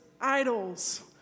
idols